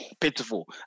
Pitiful